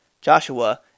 Joshua